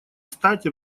стать